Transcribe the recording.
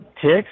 ticks